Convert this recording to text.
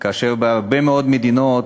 כאשר בהרבה מאוד מדינות